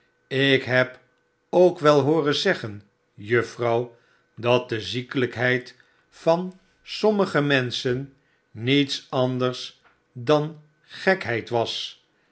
ik heb ook wel hooren zeggen juffrouw dat de ziekelijkheid van sommige menschen niets anders dan gekheid was